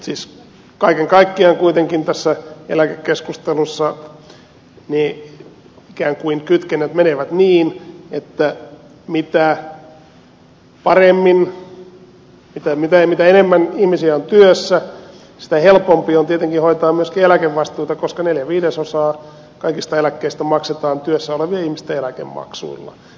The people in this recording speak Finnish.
mutta kaiken kaikkiaan kuitenkin tässä eläkekeskustelussa ikään kuin kytkennät menevät niin että mitä enemmän ihmisiä on työssä sitä helpompi on tietenkin hoitaa myös eläkevastuita koska neljä viidesosaa kaikista eläkkeistä maksetaan työssä olevien ihmisten eläkemaksuilla